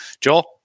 Joel